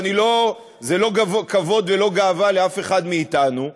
וזה לא כבוד ולא גאווה לאף אחד מאתנו,